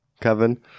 Kevin